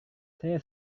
saya